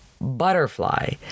butterfly